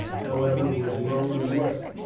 however, was roman work,